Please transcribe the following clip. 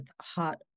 hot